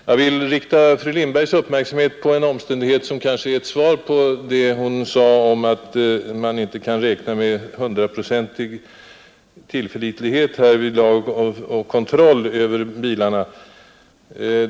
Jag vill rikta fru Lindbergs uppmärksamhet på en omständighet, som kanske är ett slags svar på det hon sade om att man inte kan räkna med hundraprocentig tillförlitlighet och kontroll över bilarna.